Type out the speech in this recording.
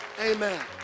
Amen